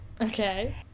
Okay